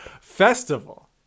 Festival